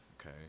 Okay